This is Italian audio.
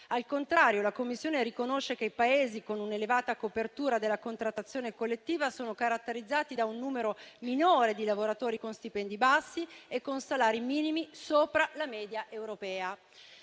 Al contrario, la Commissione riconosce che i Paesi con un'elevata copertura della contrattazione collettiva sono caratterizzati da un numero minore di lavoratori con stipendi bassi e con salari minimi sopra la media europea.